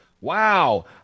Wow